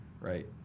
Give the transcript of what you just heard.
right